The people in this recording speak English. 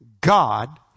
God